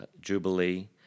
Jubilee